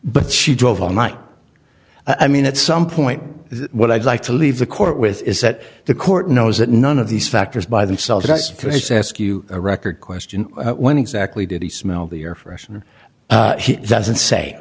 but she drove all night i mean at some point what i'd like to leave the court with is that the court knows that none of these factors by themselves ask you a record question when exactly did he smell the air freshener he doesn't say